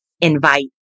Invite